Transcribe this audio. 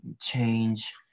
change